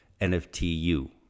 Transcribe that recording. nftu